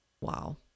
Wow